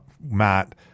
Matt